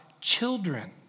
children